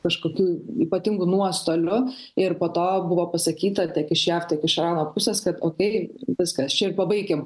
kažkokių ypatingų nuostolių ir po to buvo pasakyta tiek iš jav tiek iš irano pusės kad okei viskas čia ir pabaikim